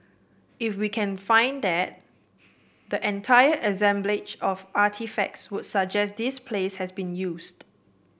if we can find that the entire assemblage of artefacts would suggest this place has been used